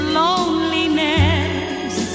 loneliness